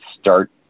start